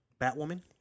Batwoman